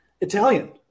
Italian